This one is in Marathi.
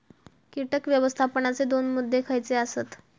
कीटक व्यवस्थापनाचे दोन मुद्दे खयचे आसत?